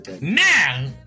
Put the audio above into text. now